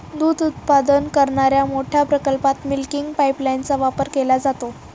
दूध उत्पादन करणाऱ्या मोठ्या प्रकल्पात मिल्किंग पाइपलाइनचा वापर केला जातो